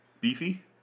beefy